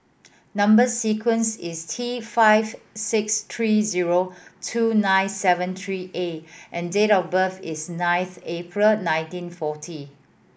number sequence is T five six three zero two nine seven three A and date of birth is ninth April nineteen forty